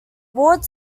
ward